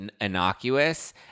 innocuous